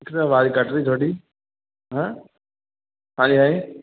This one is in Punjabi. ਇੱਕ ਤਾਂ ਆਵਾਜ਼ ਕੱਟ ਰਹੀ ਤੁਹਾਡੀ ਹਾਂ ਹਾਂਜੀ ਹਾਂਜੀ